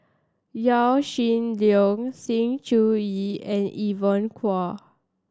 Yaw Shin Leong Sng Choon Yee and Evon Kow